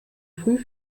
früh